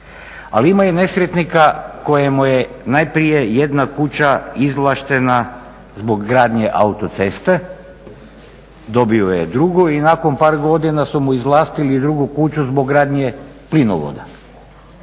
Ali ima i nesretnika kojemu je najprije jedna kuća izvlaštena zbog gradnje autoceste, dobio je drugu i nakon par godina su mu izvlastili drugu kuću zbog gradnje plinovoda.